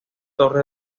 torre